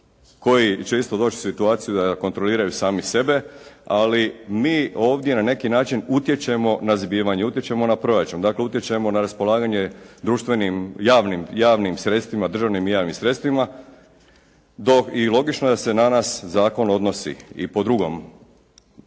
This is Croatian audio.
koji će isto doći u situaciju da kontroliraju sami sebe ali mi ovdje na neki način utječemo na zbivanja, utječemo na proračun. Dakle utječemo na raspolaganje društvenim, javnim sredstvima, državnim i javnim sredstvima dok, i logično je da se na nas zakon odnosi i po drugom,